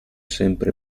sempre